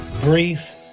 brief